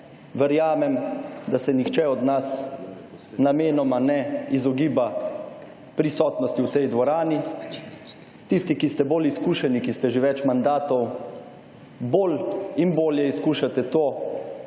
Verjamem, da se nihče od nas namenoma ne izogiba prisotnosti v tej dvorani. Tisti, ki ste bolj izkušeni, ki ste že več mandatov, bolj in bolje izkušate to,